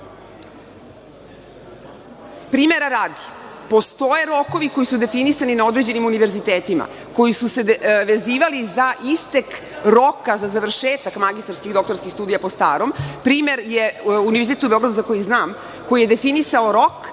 Primera radi, postoje rokovi koji su definisani na određenim univerzitetima, koji su se vezivali za istek roka za završetak magistarskih doktorskih studija po starom, primer je univerzitet u Beogradu za koji znam, koji je definisao rok